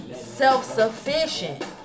self-sufficient